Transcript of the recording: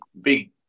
big